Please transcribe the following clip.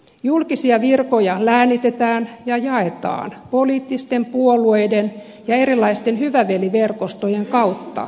julkisia virkoja läänitetään ja jaetaan poliittisten puolueiden ja erilaisten hyvä veli verkostojen kautta